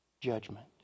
judgment